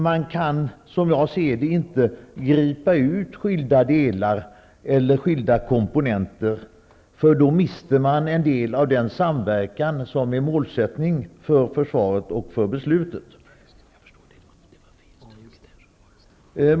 Man kan, som jag ser det, inte gripa ut skilda delar eller skilda komponenter, eftersom man då mister en del av den samverkan som är målsättning för försvaret och för beslutet.